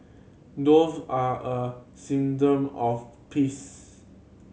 dove are a symptom of peace